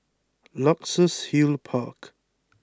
Luxus Hill Park